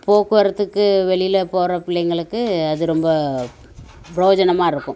போக்குவரத்துக்கு வெளியில் போகிற பிள்ளைங்களுக்கு அது ரொம்ப ப்ரோஜனமாக இருக்கும்